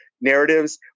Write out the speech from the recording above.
narratives